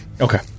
okay